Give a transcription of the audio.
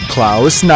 Klaus